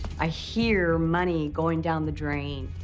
i hear money going down the drain.